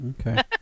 Okay